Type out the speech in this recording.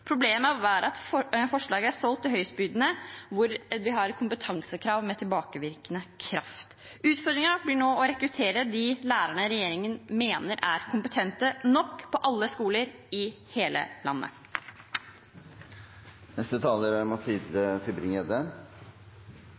Problemet er bare at forslaget er solgt til høystbydende, hvor vi har et kompetansekrav med tilbakevirkende kraft. Utfordringen blir nå å rekruttere de lærerne regjeringen mener er kompetente nok, på alle skoler i hele landet. Det er